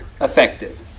effective